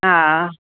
हा